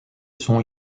sont